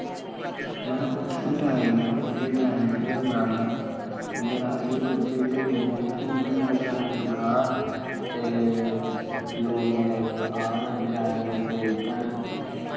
में उत्थै बी इ'यै ड्राइंग गै बनाना ते मेरा एह् ड्रीम ऐ कि में ड्राइंग बनां ते लोग मेरे कोल आन ड्राइंग खरीदन